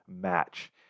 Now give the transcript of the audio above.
match